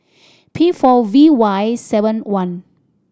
P four V Y seven one